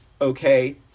okay